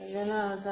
அதனால் தான்